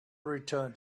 return